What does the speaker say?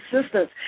assistance